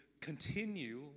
continue